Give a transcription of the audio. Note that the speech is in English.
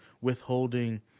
withholding